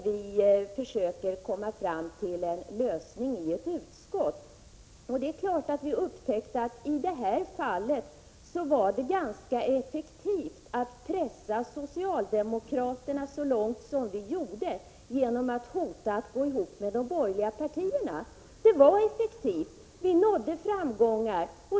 Jag yrkar bifall till reservationerna 2, 10, 12, 16 och 17. upptäckte att det i det här fallet var ganska effektivt att pressa socialdemokraterna genom att hota med att gå ihop med de borgerliga partierna. Detta ledde till framgångar.